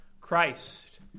Christ